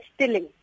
stealing